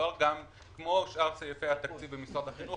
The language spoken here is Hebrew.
מדובר גם כמו שאר סעיפי התקציב במשרד החינוך,